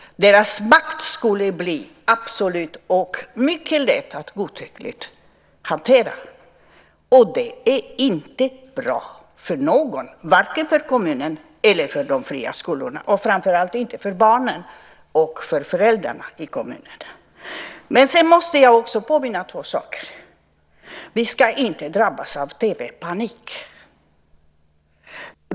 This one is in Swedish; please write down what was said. Deras makt skulle bli absolut och mycket lätt att hantera godtyckligt. Det är inte bra för någon - varken för kommunen eller för de fria skolorna. Framför allt är det inte bra för barnen och föräldrarna i kommunerna. Sedan måste jag också påminna om två saker. Vi ska inte drabbas av TV-panik.